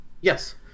yes